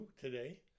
today